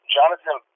Jonathan